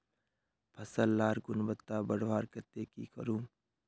फसल लार गुणवत्ता बढ़वार केते की करूम?